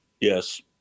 Yes